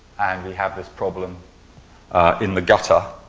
and we have this problem in the gutter.